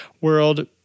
world